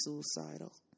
suicidal